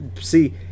See